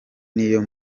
niyo